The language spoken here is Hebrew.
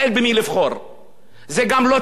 זה גם לא תקין וזה לא חוקי.